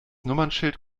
nummernschild